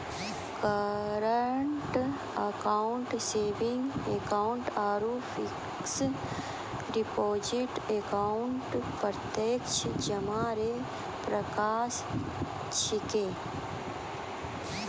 current account saving account आरु fix deposit account प्रत्यक्ष जमा रो प्रकार छिकै